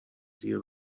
دیگه